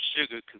sugar